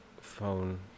phone